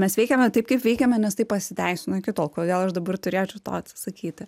mes veikiame taip kaip veikiame nes tai pasiteisino iki tol kodėl aš dabar turėčiau to atsisakyti